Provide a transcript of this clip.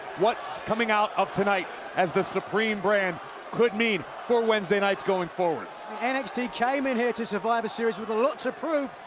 what coming out of tonight as the supreme brand could mean for wednesday nights going forward. nxt came in here to survivor series with a lot to prove,